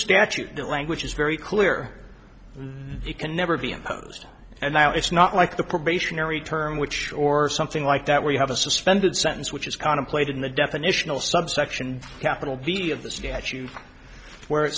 statute the language is very clear the can never be imposed and now it's not like the probationary term which or something like that where you have a suspended sentence which is contemplated in the definitional subsection capital d of the statute where it